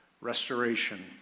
restoration